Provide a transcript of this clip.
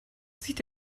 sieht